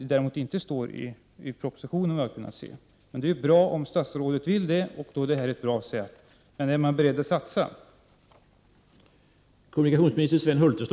Såvitt jag har kunnat se står det ingenting om detta i propositionen, men det skulle vara bra om statsrådet har det önskemålet. Men är man beredd att satsa?